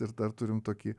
ir dar turim tokį